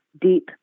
deep